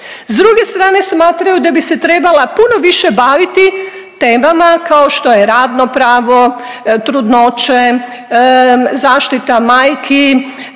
s druge strane smatraju da bi se trebala puno više baviti temama kao što je radno pravo, trudnoće, zaštita majki,